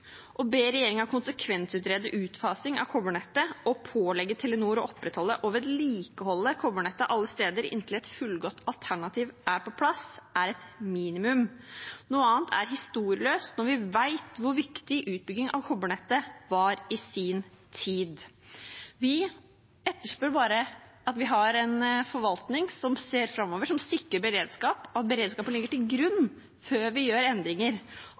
konsekvensutrede utfasing av kobbernettet og pålegge Telenor å opprettholde og vedlikeholde kobbernettet alle steder inntil et fullgodt alternativ er på plass, er et minimum. Noe annet er historieløst når vi vet hvor viktig utbygging av kobbernettet var i sin tid. Vi etterspør bare at vi har en forvaltning som ser framover, som sikrer beredskapen, og at beredskapen ligger til grunn før vi gjør endringer.